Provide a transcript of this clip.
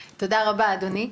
רבה, אדוני.